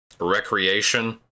recreation